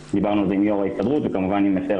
דיברנו על זה עם יו"ר ההסתדרות וכמובן עם אסתר